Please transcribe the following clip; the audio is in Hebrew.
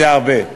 זה הרבה.